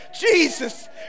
Jesus